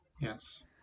Yes